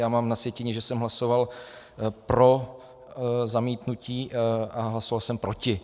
Já mám na sjetině, že jsem hlasoval pro zamítnutí, a hlasoval jsem proti.